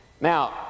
Now